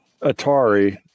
Atari